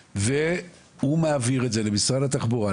והוא מעביר את זה למשרד התחבורה,